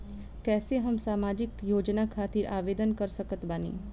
कैसे हम सामाजिक योजना खातिर आवेदन कर सकत बानी?